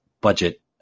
budget